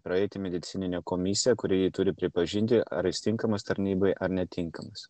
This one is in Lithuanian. praeiti medicininę komisiją kuri jį turi pripažinti ar jis tinkamas tarnybai ar netinkamas